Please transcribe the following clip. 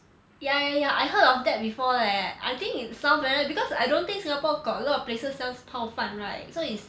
ya ya ya I heard of that before leh I think it sounds rare because I don't think singapore got a lot of places sell 泡饭 right so it's